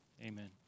Amen